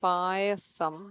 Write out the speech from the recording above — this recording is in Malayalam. പായസം